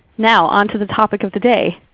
now, onto the topic of the day.